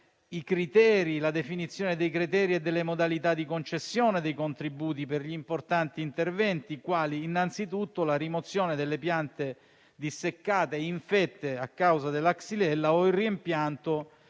richiamare la definizione dei criteri e delle modalità di concessione dei contributi per gli importanti interventi, quali, innanzitutto, la rimozione delle piante disseccate e infette a causa della xylella o il reimpianto